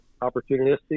opportunistic